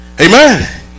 amen